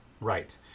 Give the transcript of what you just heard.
right